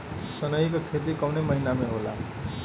सनई का खेती कवने महीना में होला?